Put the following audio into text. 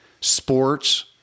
sports